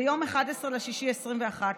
ביום 11 ביוני 2021,